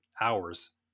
hours